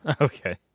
Okay